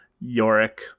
Yorick